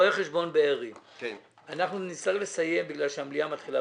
אנחנו נצטרך לסיים כי המליאה מתחילה